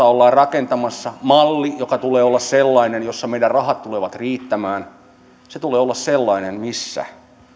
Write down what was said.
ollaan rakentamassa ja jonka tulee olla sellainen jossa meidän rahat tulevat riittämään sen tulee olla sellainen missä